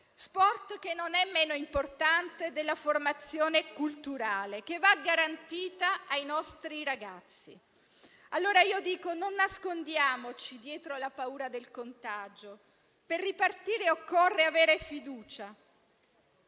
sport non è meno importante della formazione culturale, che va garantita ai nostri ragazzi. Allora dico: non nascondiamoci dietro la paura del contagio. Per ripartire occorre avere fiducia!